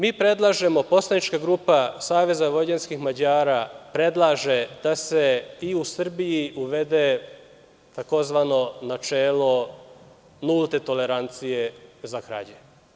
Mi predlažemo, poslanička grupa SVM predlaže da se i u Srbiji uvede tzv. na čelo nulte tolerancije za krađe.